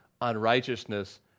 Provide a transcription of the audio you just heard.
unrighteousness